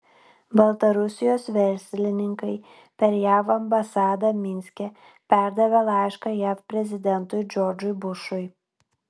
baltarusijos verslininkai per jav ambasadą minske perdavė laišką jav prezidentui džordžui bušui